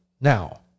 now